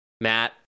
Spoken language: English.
Matt